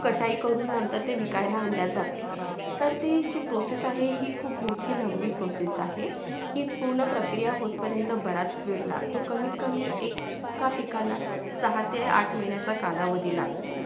कटाई करून नंतर ते विकायला आणले जाते तर ती जी प्रोसेस आहे ही खूप मोठी लंबी प्रोसेस आहे ही पूर्ण प्रक्रिया होतपर्यंत बराच वेळ लागतो कमीतकमी एका पिकाला सहा ते आठ महिन्याचा कालावधी लागतो